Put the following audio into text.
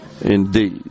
indeed